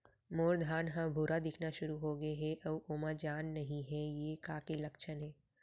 मोर धान ह भूरा दिखना शुरू होगे हे अऊ ओमा जान नही हे ये का के लक्षण ये?